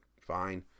Fine